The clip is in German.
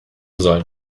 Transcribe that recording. sollen